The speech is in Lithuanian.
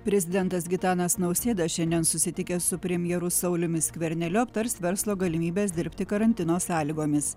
prezidentas gitanas nausėda šiandien susitikęs su premjeru sauliumi skverneliu aptars verslo galimybes dirbti karantino sąlygomis